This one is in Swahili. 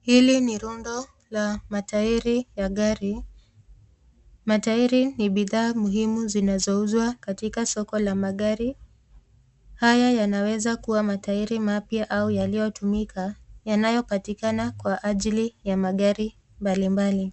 Hili ni rundo la matairi ya gari. Matairi ni bidhaa muhimu zinazouzwa katika soko la magari. Haya yanaweza kuwa matairi mapya au yaliyotumika yanayopatikana kwa ajili ya magari mbalimbali.